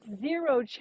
zero